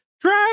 drive